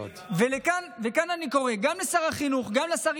כאן אני קורא גם לשר החינוך וגם לשרים